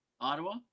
Ottawa